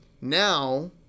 now